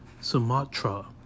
Sumatra